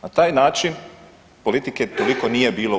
Na taj način politike toliko nije bilo u